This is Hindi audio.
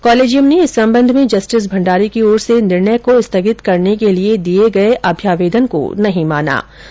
कॉलेजियम ने इस संबंध में जस्टिस भंडारी की ओर से निर्णय को स्थगित करने के लिये दिये गये अभ्यावेदन को नहीं माना है